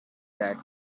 that